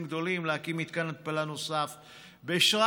גדולים להקים מתקן התפלה נוסף בשרגא,